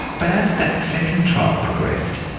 but as that second trial progressed,